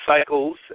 cycles